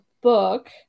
book